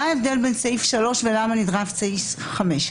אני אסביר מה ההבדל בין סעיף 3 לסעיף 5 ולמה סעיף 5 נדרש.